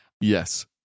Yes